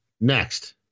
next